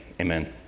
amen